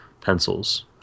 pencils